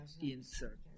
Insert